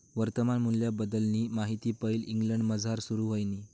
वर्तमान मूल्यबद्दलनी माहिती पैले इंग्लंडमझार सुरू व्हयनी